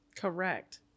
Correct